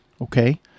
Okay